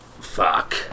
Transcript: Fuck